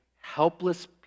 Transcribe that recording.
helpless